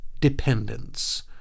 dependence